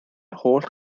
holl